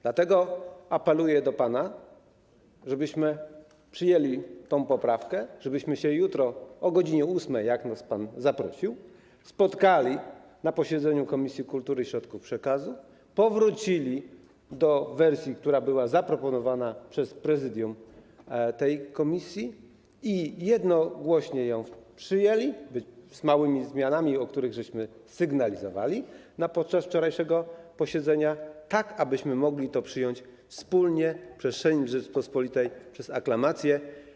Dlatego apeluję do pana, żebyśmy przyjęli tę poprawkę, żebyśmy jutro o godz. 8 - zaprosił nas pan - spotkali się na posiedzeniu Komisji Kultury i Środków Przekazu i wrócili do wersji, która była zaproponowana przez prezydium tej komisji, i jednogłośnie ją przyjęli, z małymi zmianami, które sygnalizowaliśmy podczas wczorajszego posiedzenia, tak abyśmy mogli to przyjąć wspólnie przez Sejm Rzeczypospolitej przez aklamację.